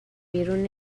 بیرون